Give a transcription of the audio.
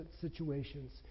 situations